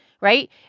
right